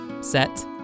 set